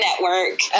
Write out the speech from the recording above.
Network